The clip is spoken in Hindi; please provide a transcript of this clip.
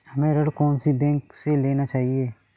हमें ऋण कौन सी बैंक से लेना चाहिए?